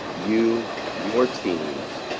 you, your teams,